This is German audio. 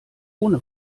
ohne